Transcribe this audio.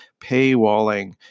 paywalling